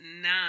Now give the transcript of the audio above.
nine